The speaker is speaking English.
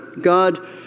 God